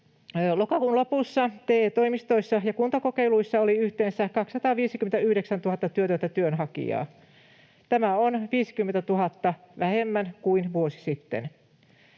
Lokakuun lopussa TE-toimistoissa ja kuntakokeiluissa oli yhteensä 259 000 työtöntä työnhakijaa. Tämä on 50 000 vähemmän kuin vuosi sitten.